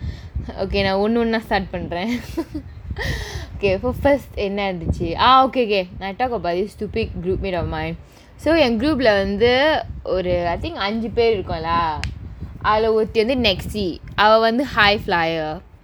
again நான் ஒன்னு ஒன்னா:naan onnu onnaa start பண்றேன்:pandraen okay first என்ன இருந்திச்சி:enna irunthichchi ah okay okay I talk about this stupid group mate of mine so என்:en group leh வந்து ஒரு:vanthu oru I think அஞ்சு பேரு இருக்கும்லா அதுல ஒருத்தி வந்து:anju peru irukkumla athula oruthi vanthu nexsi அவ வந்து:ava vanthu high flyer